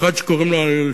היה איזה בחור,